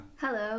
Hello